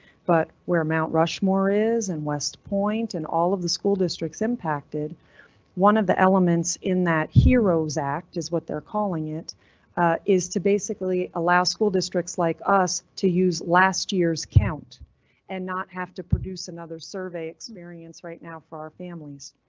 but where mt. rushmore is in west point and all of the school districts impacted one of the elements in that heroes act is what they're calling, it is to basically allow school districts like us to use last year's count and not have to produce another survey experience right now for our families.